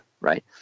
right